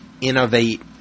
innovate